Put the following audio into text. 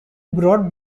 brought